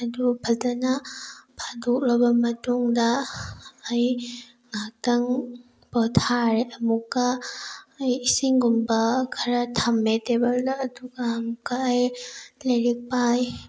ꯑꯗꯨꯒ ꯐꯖꯅ ꯐꯥꯗꯣꯛꯂꯕ ꯃꯇꯨꯡꯗ ꯑꯩ ꯉꯥꯏꯍꯥꯛꯇꯪ ꯄꯣꯊꯥꯔꯦ ꯑꯃꯨꯛꯀ ꯑꯩ ꯏꯁꯤꯡꯒꯨꯝꯕ ꯈꯔ ꯊꯝꯃꯦ ꯇꯦꯕꯜꯗ ꯑꯗꯨꯒ ꯑꯃꯨꯛꯀ ꯑꯩ ꯂꯥꯏꯔꯤꯛ ꯄꯥꯏ